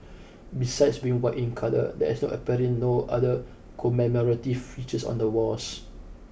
besides being white in colour there is no apparent no other commemorative features on the wares